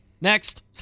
Next